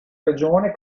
regione